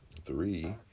three